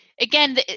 again